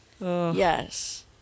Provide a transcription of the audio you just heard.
yes